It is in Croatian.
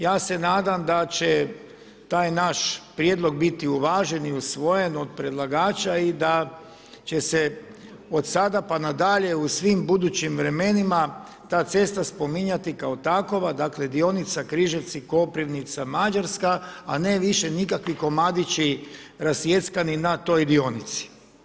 Ja se nadam da će taj naš prijedlog biti uvažen i usvojen od predlagača i da će se od sada pa nadalje u svim budućim vremenima ta cesta spominjati kao takova dakle, dionica Križevci – Koprivnica – Mađarska, a ne više nikakvi komadići rasjeckani na toj dionici.